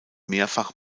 mehrfach